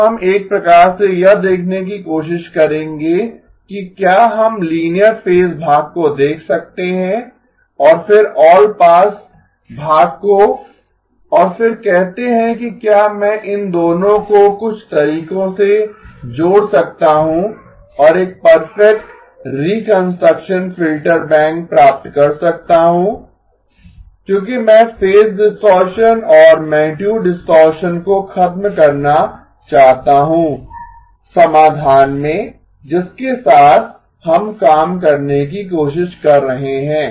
अब हम एक प्रकार से यह देखने की कोशिश करेंगे कि क्या हम लीनियर फेज भाग को देख सकते हैं और फिर ऑलपास भाग को और फिर कहते हैं कि क्या मैं इन दोनों को कुछ तरीकों से जोड़ सकता हूं और एक परफेक्ट रीकंस्ट्रक्शन फिल्टर बैंक प्राप्त कर सकता हूं क्योंकि मैं फेज डिस्टॉरशन और मैगनीटुड डिस्टॉरशन को खत्म करना चाहता हूं समाधान में जिसके साथ हम काम करने की कोशिश कर रहे हैं